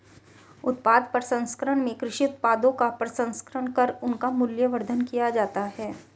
उत्पाद प्रसंस्करण में कृषि उत्पादों का प्रसंस्करण कर उनका मूल्यवर्धन किया जाता है